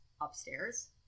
upstairs